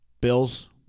Bills